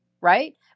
right